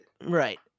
Right